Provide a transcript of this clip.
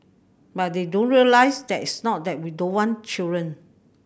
but they don't realise that it's not that we don't want children